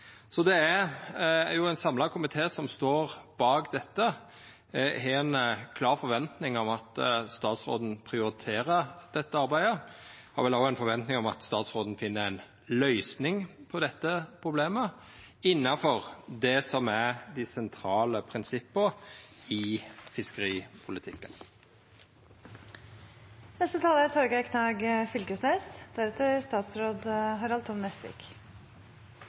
Det er ein samla komité som står bak dette. Eg har ei klar forventning om at statsråden prioriterer dette arbeidet, og eg har vel òg ei forventning om at statsråden finn ei løysing på dette problemet innanfor det som er dei sentrale prinsippa i